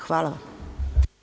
Hvala vam.